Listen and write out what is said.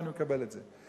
ואני מקבל את זה.